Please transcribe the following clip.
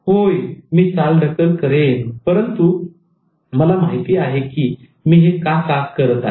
होय मी चालढकल करेन परंतु मला माहिती आहे की मी हे का करत आहे